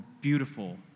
beautiful